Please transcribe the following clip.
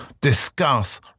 discuss